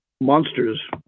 monsters